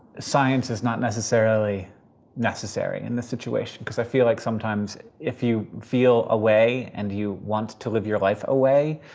science is not necessarily necessary in this situation, because i feel like sometimes if you feel a way and you want to live your life a way,